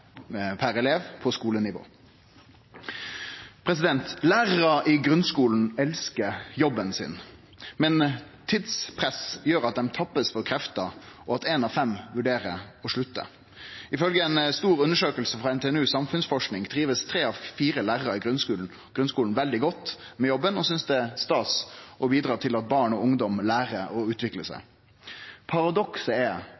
i grunnskolen elskar jobben sin, men tidspress gjer at dei blir tappa for krefter, og at ein av fem vurderer å slutte. Ifølgje ei stor undersøking frå NTNU Samfunnsforskning trivst tre av fire lærarar i grunnskolen veldig godt med jobben og synest det er stas å bidra til at barn og ungdom lærer å utvikle seg. Paradokset er